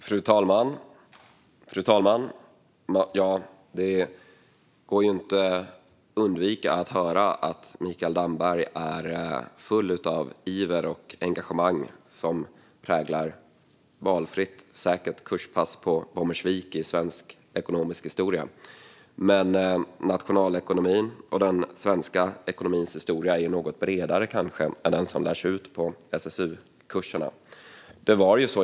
Fru talman! Det går inte att undvika att höra att Mikael Damberg är full av iver och engagemang som präglar, valfritt säkert, kurspass från Bommersvik i svensk ekonomisk historia. Men nationalekonomin och den svenska ekonomins historia är kanske något bredare än den som lärs ut på SSU-kurserna.